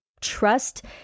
trust